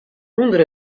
under